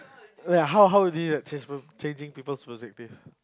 ya how how do you like change changing people's perspective